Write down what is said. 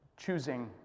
Choosing